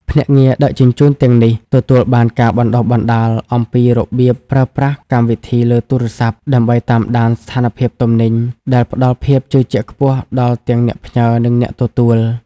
ភ្នាក់ងារដឹកជញ្ជូនទាំងនេះទទួលបានការបណ្ដុះបណ្ដាលអំពីរបៀបប្រើប្រាស់កម្មវិធីលើទូរស័ព្ទ ដើម្បីតាមដានស្ថានភាពទំនិញ ដែលផ្ដល់ភាពជឿជាក់ខ្ពស់ដល់ទាំងអ្នកផ្ញើ និងអ្នកទទួល។